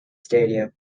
stadium